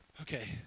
Okay